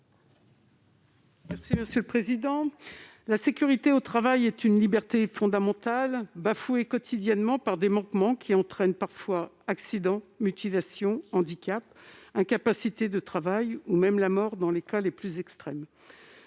Mme Raymonde Poncet Monge. La sécurité au travail est une liberté fondamentale, bafouée quotidiennement par des manquements qui entraînent parfois des accidents, des mutilations, des handicaps, des incapacités de travail, ou même la mort dans les cas les plus extrêmes.